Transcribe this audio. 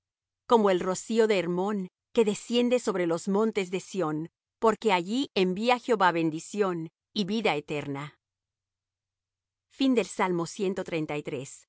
como el rocío de hermón que desciende sobre los montes de sión porque allí envía jehová bendición y vida eterna cántico gradual mirad bendecid á